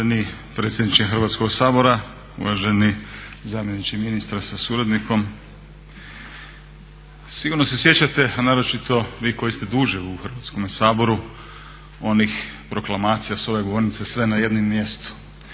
Uvaženi predsjedniče Hrvatskog sabora, uvaženi zamjeniče ministra sa suradnikom. Sigurno se sjećate, a naročito vi koji ste duže u Hrvatskome saboru, onih proklamacija s ove govornice sve na jednom mjestu.